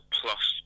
plus